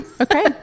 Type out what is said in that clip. okay